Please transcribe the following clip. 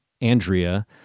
Andrea